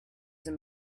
him